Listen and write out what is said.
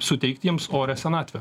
suteikti jiems orią senatvę